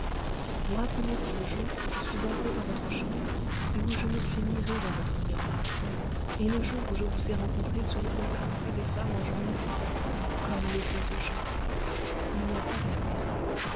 vous rappelez-vous le jour où je suis entrée dans votre chambre et où je me suis mirée dans votre miroir et le jour où je vous ai rencontré sur le boulevard près des femmes en journée comme les oiseaux chantaient il n'y a pas bien longtemps